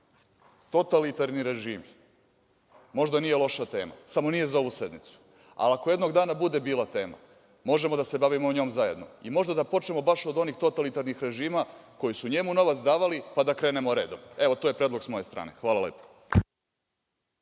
Ttalitarni režimi, možda nije loša tema, samo nije za ovu sednicu, ali ako jednog dana bude bila tema, možemo da se bavimo njom zajedno i možda da počnemo baš od onih totalitarnih režima koji su njemu novac davali, pa da krenemo redom. Evo, to je predlog s moje strane. Hvala.